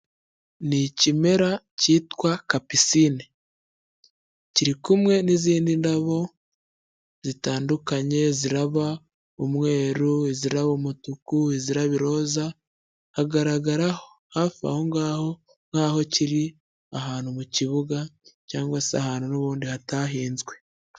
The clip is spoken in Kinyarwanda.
Ni ikimera cyitwa kapisine, kiri kumwe n'izindi ndabo zitandukanye, ziraba umweru, iziraba umutuku, iziraba iroza, hagaragara hafi aho ngaho nkaho kiri ahantu mukibuga cyangwa se ahantu n'ubundi hatahinzwe.